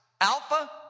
Alpha